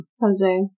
Jose